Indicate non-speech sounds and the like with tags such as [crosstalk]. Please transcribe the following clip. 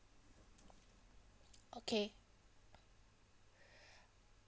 okay [breath]